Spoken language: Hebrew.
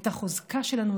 את החוזקה שלנו,